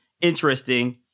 interesting